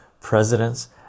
presidents